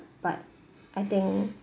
but I think